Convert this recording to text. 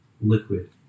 liquid